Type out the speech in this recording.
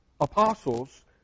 apostles